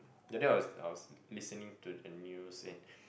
that day I was I was listening to the news in